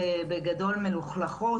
בגדול מלוכלכות,